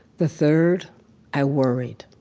the third i worried.